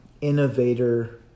innovator